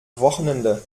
wochenende